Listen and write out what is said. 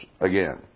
again